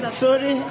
sorry